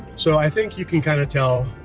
so i think you can kind of tell,